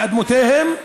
מאדמותיהם?